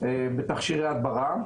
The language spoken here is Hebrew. בתכשירי הדברה.